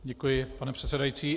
Děkuji, pane předsedající.